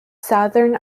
southern